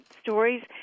stories